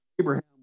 Abraham